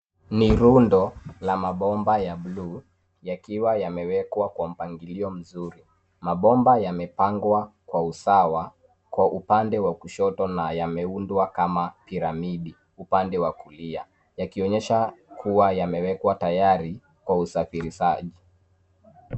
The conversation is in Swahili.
Ni rundo la mabomba ya bluu yakiwa yamewekwa kwa mpangilio mzuri. Mabomba yamepangwa kwa usawa kwa upande wa kushoto na yameundwa kama piramidi upande wa kulia yakionyesha kuwa yamewekwa tayari kwa usafirishaji.